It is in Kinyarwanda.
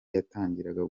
yatangiraga